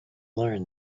learn